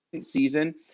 season